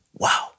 Wow